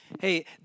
hey